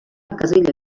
casella